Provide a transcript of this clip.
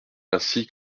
ainsi